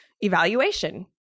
evaluation